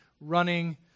running